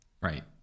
Right